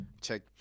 check